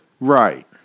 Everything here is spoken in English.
right